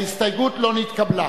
ההסתייגות לא נתקבלה.